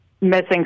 missing